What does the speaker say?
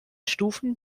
stufen